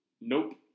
nope